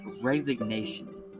resignation